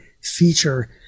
feature